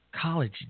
college